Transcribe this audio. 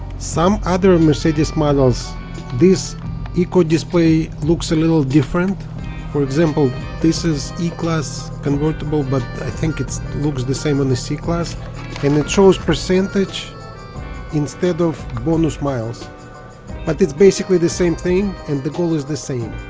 some other mercedes models this eco display looks a little different for example this is eclass convertible but i think it's looks the same on the c-class and it shows percentage instead of bonus miles but it's basically the same thing and the goal is the same